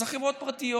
אלה חברות פרטיות,